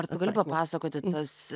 ar tu gali papasakoti tas